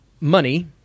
money